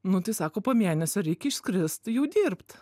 nu tai sako po mėnesio reikia išskrist jau dirbt